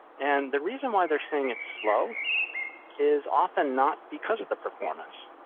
and the reason why they're saying it's slow is often not because of the performance.